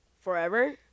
Forever